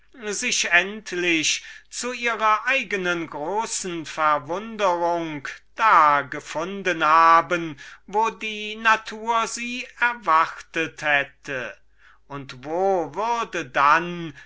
sich endlich zu ihrer eignen großen verwunderung da gefunden haben wo die natur sie erwartet hätte und wo würde